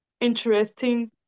interesting